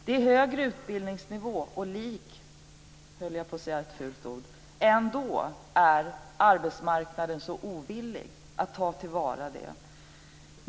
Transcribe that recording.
Det är högre utbildningsnivå och ändå är arbetsmarknaden så ovillig att ta vara på det.